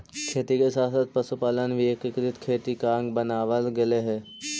खेती के साथ साथ पशुपालन भी एकीकृत खेती का अंग बनवाल गेलइ हे